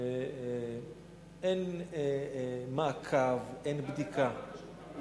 אין מעקב, אין בדיקה.